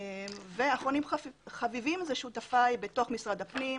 ואחרונים חביבים אלה שותפיי בתוך משרד הפנים